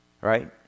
right